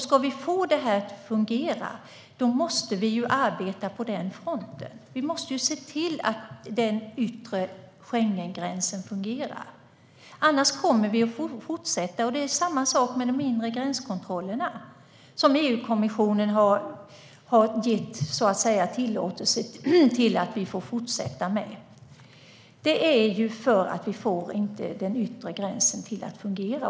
Ska vi få det att fungera måste vi arbeta på den fronten och se till att den yttre Schengengränsen fungerar. Det är samma sak med de inre gränskontrollerna. Dessa har EU-kommissionen gett oss tillåtelse att fortsätta med, eftersom vi inte får den yttre gränskontrollen att fungera.